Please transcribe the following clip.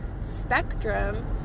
spectrum